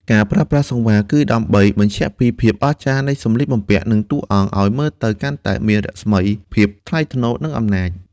ការប្រើប្រាស់សង្វារគឺដើម្បី បញ្ជាក់ពីភាពអស្ចារ្យនៃសម្លៀកបំពាក់ និង តួអង្គ ឱ្យមើលទៅកាន់តែមានរស្មី ភាពថ្លៃថ្នូរ និងអំណាច។